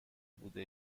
بوده